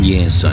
Yes